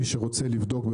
מי שרוצה לבדוק,